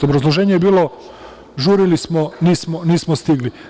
Obrazloženje je bilo – žurili smo, nismo stigli.